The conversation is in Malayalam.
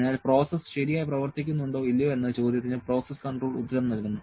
അതിനാൽ പ്രോസസ്സ് ശരിയായി പ്രവർത്തിക്കുന്നുണ്ടോ ഇല്ലയോ എന്ന ചോദ്യത്തിന് പ്രോസസ്സ് കൺട്രോൾ ഉത്തരം നൽകുന്നു